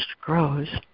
grows